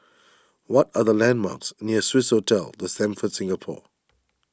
what are the landmarks near Swissotel the Stamford Singapore